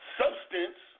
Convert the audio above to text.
substance